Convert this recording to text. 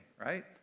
right